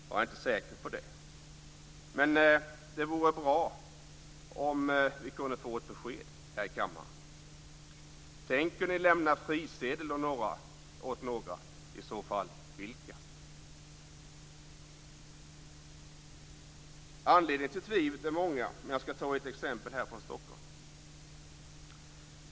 Jag är inte säker på det, men det vore bra om vi kunde få ett besked här i kammaren. Tänker ni lämna frisedel åt några, och i så fall vilka? Anledningarna till att jag tvivlar är många. Jag ska ta ett exempel härifrån Stockholm.